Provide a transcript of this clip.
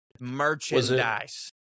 merchandise